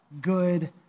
good